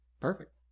Perfect